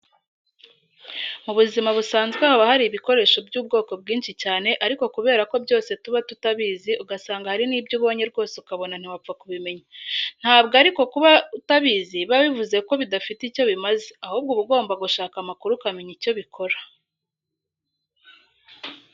Mu buzima busanzwe haba hari ibikoresho by'ubwoko bwinshi cyane ariko kubera ko byose tuba tutabizi ugasanga hari n'ibyo ubonye rwose ukabona ntiwapfa kubimenya. Ntabwo ariko kuba utabizi biba bivuze ko bidafite icyo bimaze ahubwo uba ugomba gushaka amakuru ukamenya icyo bikora.